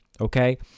okay